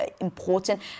important